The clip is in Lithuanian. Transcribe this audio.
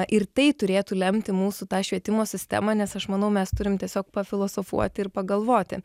ir tai turėtų lemti mūsų tą švietimo sistemą nes aš manau mes turim tiesiog pafilosofuoti ir pagalvoti